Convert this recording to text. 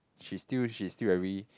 she still she still very